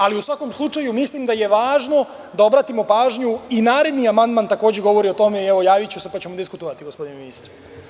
Ali, u svakom slučaju mislim da je važno da obratimo pažnju i naredni amandman, takođe govori o tome i javiću se pa ćemo diskutovati o tome, gospodine minsitre.